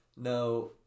No